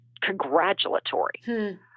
congratulatory